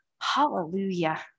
Hallelujah